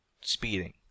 speeding